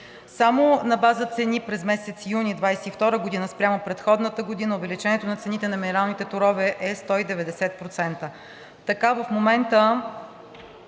Само на база цени през месец юни 2022 г. спрямо предходната година увеличението на цените на минералните торове е 190%.